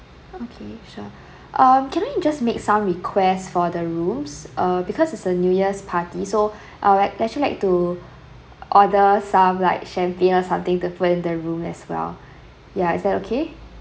okay sure um can I just make some requests for the rooms uh because it's a new year's party so I'd like actually like to order some like champagne or something to put in the room as well ya is that okay